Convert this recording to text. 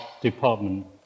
department